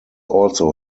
also